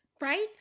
Right